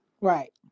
right